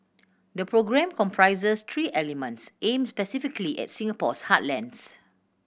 the programme comprises three elements aimed specifically at Singapore's heartlands